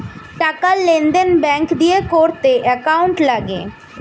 টাকার লেনদেন ব্যাঙ্ক দিয়ে করতে অ্যাকাউন্ট লাগে